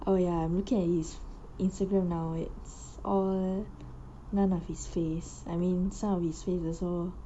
oh ya I'm looking at his instagram now it's all none of his face I mean some of his face also